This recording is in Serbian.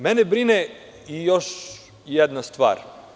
Mene brine još jedna stvar.